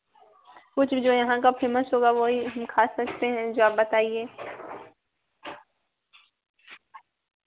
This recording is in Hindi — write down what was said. कुछ जो यहाँ का फेमस होगा वह ही हम खा सकते हैं जो आप बताइए